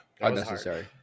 unnecessary